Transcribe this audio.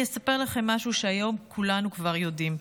אני אספר לכם משהו, שהיום כולנו כבר יודעים,